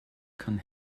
kann